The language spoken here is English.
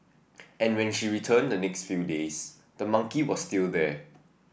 and when she returned the next few days the monkey was still there